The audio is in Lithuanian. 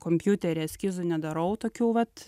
kompiutery eskizų nedarau tokių vat